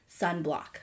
sunblock